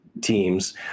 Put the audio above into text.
teams